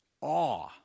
awe